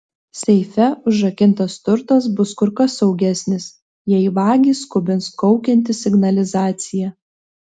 seife užrakintas turtas bus kur kas saugesnis jei vagį skubins kaukianti signalizacija